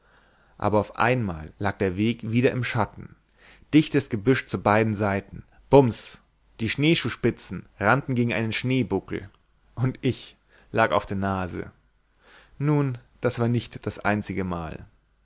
aber auf einmal lag der weg wieder im schatten dichtes gebüsch stand zu beiden seiten bums die schneeschuhspitzen rannten gegen einen schneebuckel und ich lag auf der nase nun das war nicht das einzige mal